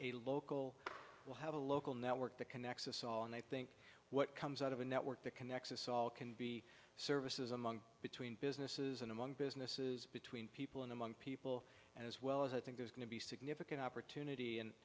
a local will have a local network that connects us all and i think what comes out of a network that connects us all can be services among between businesses and among businesses between people and among people as well as i think there's going to be significant opportunity and